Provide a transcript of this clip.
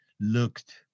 looked